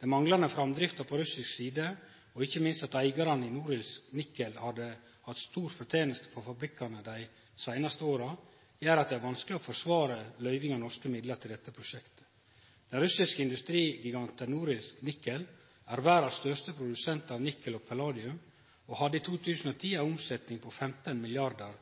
Den manglande framdrifta på russisk side, og ikkje minst at eigarane i Norilsk Nickel har hatt store fortenester frå fabrikkane dei seinare åra, gjer at det er vanskeleg å forsvare å løyve norske midlar til dette prosjektet. Den russiske industrigiganten Norilsk Nickel er verdas største produsent av nikkel og palladium og hadde i 2010 ei omsetning på 15 milliardar